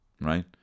right